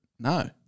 No